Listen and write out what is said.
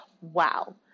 wow